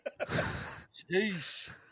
Jeez